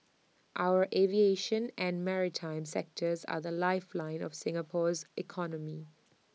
our aviation and maritime sectors are the lifeline of Singapore's economy